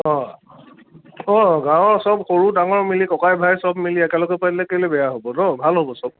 অঁ অঁ গাঁৱৰ চব সৰু ডাঙৰ মিলি ককাই ভাই চব মিলি একেলগে পাতিলে কেলৈ বেয়া হ'ব ন ভাল হ'ব চব